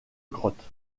grotte